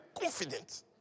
confident